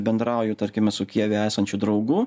bendrauju tarkime su kijeve esančiu draugu